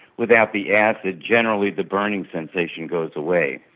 without the acid generally the burning sensation goes away.